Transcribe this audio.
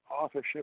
authorship